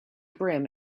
brim